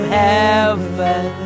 heaven